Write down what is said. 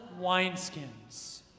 wineskins